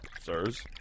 Sirs